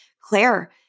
Claire